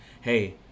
hey